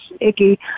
icky